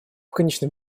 конечном